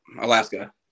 alaska